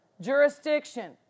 jurisdiction